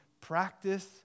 Practice